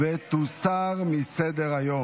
ותוסר מסדר-היום.